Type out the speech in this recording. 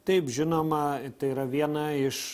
taip žinoma tai yra viena iš